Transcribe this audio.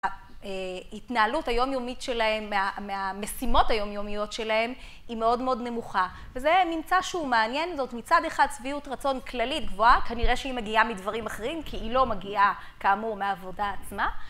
ההתנהלות היומיומית שלהם, מהמשימות היומיומיות שלהם היא מאוד מאוד נמוכה וזה ממצא שהוא מעניין, זאת אומרת מצד אחד שביעות רצון כללית גבוהה, כנראה שהיא מגיעה מדברים אחרים כי היא לא מגיעה כאמור מעבודה עצמה